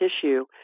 tissue